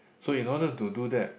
so in order to do that